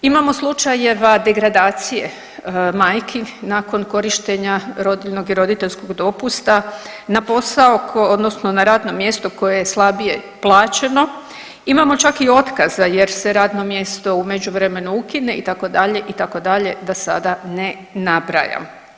Imamo slučajeva degradacije majki nakon korištenja rodiljnog i roditeljskog dopusta na posao odnosno na radno mjesto koje je slabije plaćeno, imamo čak i otkaza jer se radno mjesto u međuvremenu ukine itd., itd. da sada ne nabrajam.